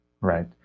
Right